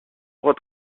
droit